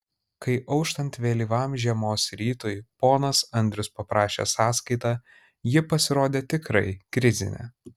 kai auštant vėlyvam žiemos rytui ponas andrius paprašė sąskaitą ji pasirodė tikrai krizinė